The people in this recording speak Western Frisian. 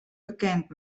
bekend